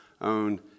own